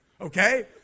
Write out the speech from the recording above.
Okay